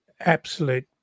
absolute